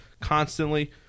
constantly